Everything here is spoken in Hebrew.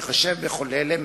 בהתחשב בכל אלה,